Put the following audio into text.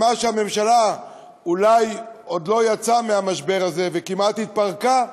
על מה שהממשלה אולי עוד לא יצאה מהמשבר הזה וכמעט התפרקה,